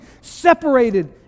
separated